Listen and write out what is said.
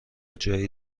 جایی